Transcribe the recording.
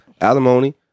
alimony